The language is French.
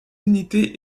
unités